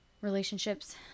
relationships